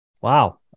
Wow